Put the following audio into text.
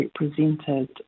represented